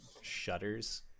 shudders